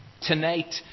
Tonight